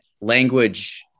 language